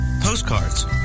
postcards